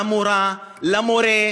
על המורָה,